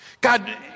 God